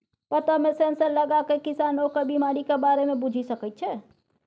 पत्तामे सेंसर लगाकए किसान ओकर बिमारीक बारे मे बुझि सकैत छै